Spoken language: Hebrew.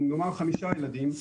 עם נאמר חמישה ילדים,